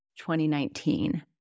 2019